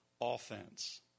offense